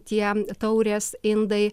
tie taurės indai